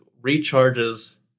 recharges